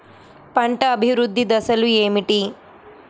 పంట అభివృద్ధి దశలు ఏమిటి?